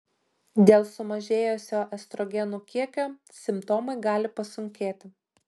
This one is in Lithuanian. dėl sumažėjusio estrogenų kiekio simptomai gali pasunkėti